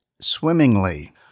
swimmingly